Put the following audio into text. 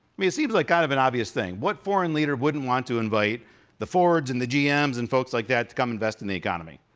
seems like kind of an obvious thing. what foreign leader wouldn't want to invite the fords and the gms and folks like that to come invest in the economy?